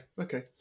okay